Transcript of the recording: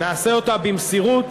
נעשה אותה במסירות,